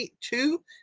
two